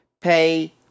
pay